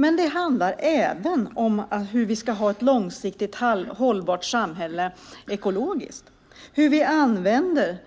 Men det handlar även om hur vi ska ha ett långsiktigt hållbart samhälle ekologiskt - hur vi använder